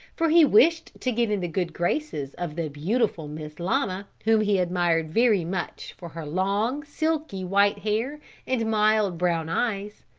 for he wished to get in the good graces of the beautiful miss llama whom he admired very much for her long, silky, white hair and mild, brown eyes.